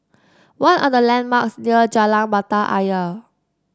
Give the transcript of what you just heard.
what are the landmarks near Jalan Mata Ayer